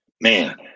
Man